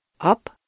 up